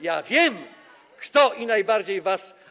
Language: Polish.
Ja wiem, kto najbardziej was.